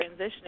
transitioning